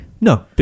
No